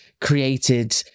created